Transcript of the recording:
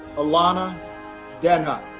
alanna yeah denha.